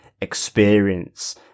experience